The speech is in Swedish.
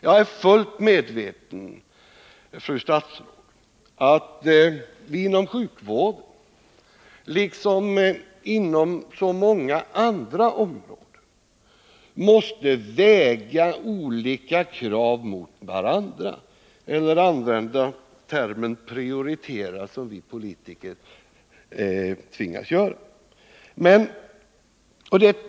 Jagär, fru statsråd, fullt medveten om att vi inom sjukvården, liksom inom så många andra områden, måste väga olika krav mot varandra, måste prioritera — det tvingas ju vi politiker göra.